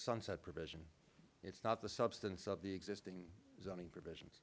sunset provision it's not the substance of the existing zoning provision